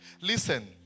Listen